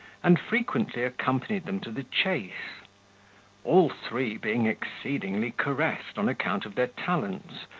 and frequently accompanied them to the chase all three being exceedingly caressed on account of their talents,